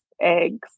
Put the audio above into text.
eggs